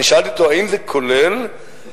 אני שאלתי אותו: האם זה כולל התייחסות